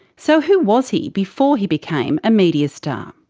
so who was he before he became a media star?